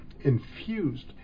infused